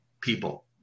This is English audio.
people